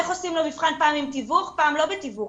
איך עושים לו מבחן פעם עם תיווך ופעם לא בתיווך?